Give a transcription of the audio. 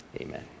Amen